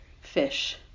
fish